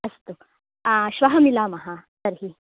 अस्तु श्वः मिलामः तर्हि